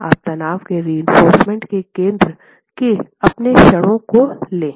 और तनाव के रिइंफोर्समेन्ट के केंद्र के बारे में अपने क्षणों को लें